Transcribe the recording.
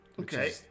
Okay